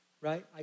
right